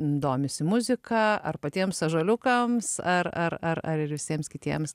domisi muzika ar patiems ąžuoliukams ar ar ar ir visiems kitiems